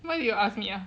why do you ask me ah